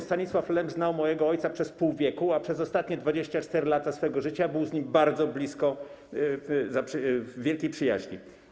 Stanisław Lem znał mojego ojca przez pół wieku, a przez ostatnie 24 lata swojego życia był z nim bardzo blisko, byli w wielkiej przyjaźni.